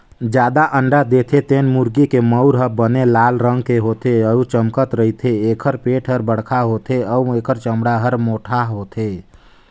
जादा अंडा देथे तेन मुरगी के मउर ह बने लाल रंग के होथे अउ चमकत रहिथे, एखर पेट हर बड़खा होथे अउ एखर चमड़ा हर मोटहा होथे